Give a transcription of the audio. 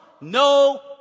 no